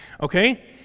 okay